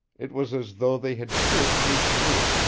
it was as though they had pierced me through,